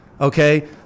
Okay